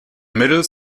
middle